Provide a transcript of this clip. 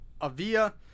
Avia